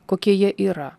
kokie jie yra